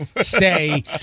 stay